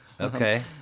Okay